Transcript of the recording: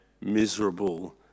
miserable